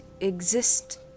exist